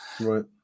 Right